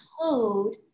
code